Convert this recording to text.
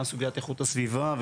גם סוגיית איכות הסביבה,